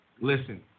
listen